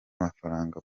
mafaranga